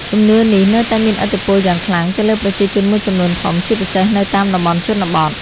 ជំនឿនេះនៅតែមានឥទ្ធិពលយ៉ាងខ្លាំងទៅលើប្រជាជនមួយចំនួនធំ ជាពិសេសនៅតាមតំបន់ជនបទ។